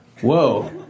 Whoa